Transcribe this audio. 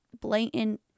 blatant